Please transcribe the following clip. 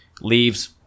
Leaves